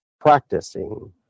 practicing